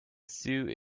sue